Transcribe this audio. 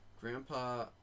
Grandpa